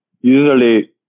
usually